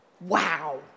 Wow